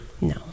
No